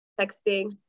texting